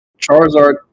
Charizard